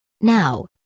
Now